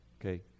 okay